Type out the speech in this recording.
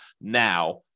now